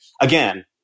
again